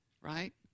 right